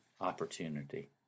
opportunity